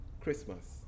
Christmas